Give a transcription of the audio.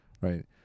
right